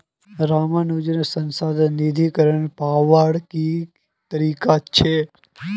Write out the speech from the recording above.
रामानुजन अनुसंधान निधीकरण पावार की तरीका छे